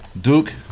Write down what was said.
Duke